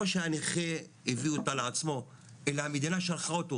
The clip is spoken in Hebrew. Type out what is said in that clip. שהנכה הביא אותה על עצמו אלא המדינה שלחה אותו,